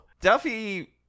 Duffy